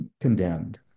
condemned